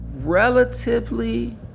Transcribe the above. relatively